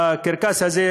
הקרקס הזה?